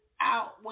out